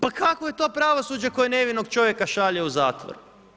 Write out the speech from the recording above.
Pa kakvo je to pravosuđe koje nevinog čovjeka šalje u zatvor?